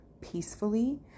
peacefully